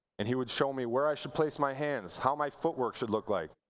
and he would show me where i should place my hands, how my footwork should look like,